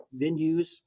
venues